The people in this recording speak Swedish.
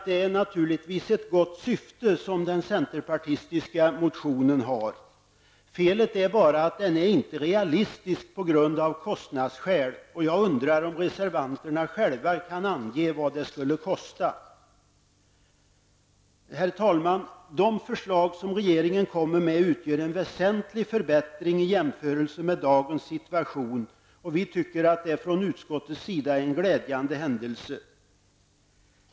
Det är naturligtvis ett gott syfte som den centerpartistiska motionen har. Felet är bara att den inte är realistisk på grund av kostnadsskäl. Jag undrar om reservanterna själva kan ange vad det skulle kosta. Herr talman! De förslag som regeringen kommer med utgör en väsentlig förbättring i jämförelse med dagens situation. Från utskottets sida tycker vi att det är en glädjande händelse.